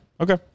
okay